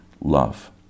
love